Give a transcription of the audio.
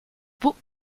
book